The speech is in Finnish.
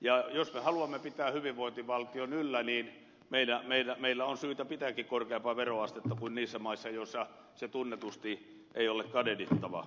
jos me haluamme pitää hyvinvointivaltion yllä meillä on syytä pitääkin korkeampaa veroastetta kuin niissä maissa joissa palvelutaso tunnetusti ei ole kadehdittava